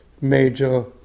major